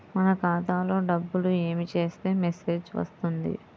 మన ఖాతాలో డబ్బులు ఏమి చేస్తే మెసేజ్ వస్తుంది?